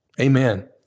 amen